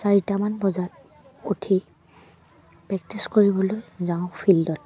চাৰিটামান বজাত উঠি প্ৰেক্টিচ কৰিবলৈ যাওঁ ফিল্ডত